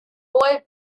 boy